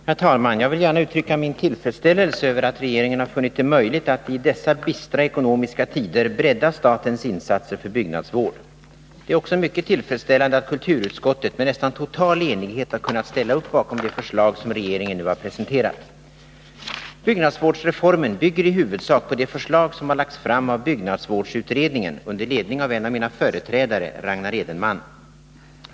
Herr talman! Jag vill gä regeringen har funnit det möjligt att — i dessa bistra ekonomiska tider — na uttrycka min tillfredsställelse över att bredda statens insatser för byggnadsvård. Det är också mycket tillfredsställande att kulturutskottet med nästan total enighet har kunnat ställa upp bakom de förslag som regeringen nu har presenterat. Byggnadsvårdsreformen bygger i huvudsak på det förslag som har lagts fram av byggnadsvårdsutredningen under ledning av en av mina företrädare, Ragnar Edenman.